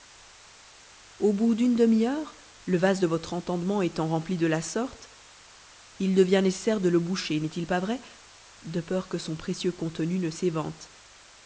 au bout d'une demi-heure le vase de votre entendement étant rempli de la sorte il devient nécessaire de le boucher n'est-il pas vrai de peur que son précieux contenu ne s'évente